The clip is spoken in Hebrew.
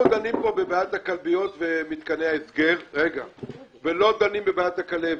אנחנו דנים פה במעט הכלביות ומתקני ההסגר ולא דנים בבעיית הכלבת.